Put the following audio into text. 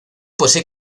posee